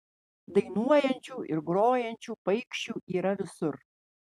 dainuojančių ir grojančių paikšių yra visur